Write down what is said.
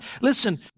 Listen